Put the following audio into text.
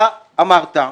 אמרת,